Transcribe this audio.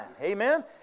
Amen